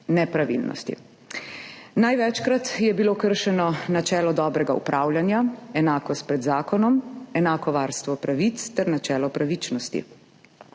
nepravilnosti. Največkrat je bilo kršeno načelo dobrega upravljanja, enakosti pred zakonom, enako varstvo pravic ter načelo pravičnosti.